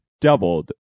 doubled